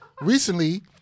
recently